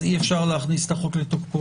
אז אי אפשר להכניס את החוק לתוקפו?